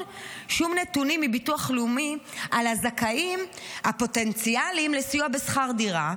שום נתונים מביטוח לאומי על הזכאים הפוטנציאליים לסיוע בשכר דירה.